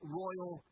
royal